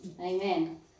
Amen